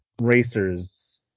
racers